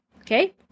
okay